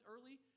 early